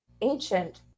ancient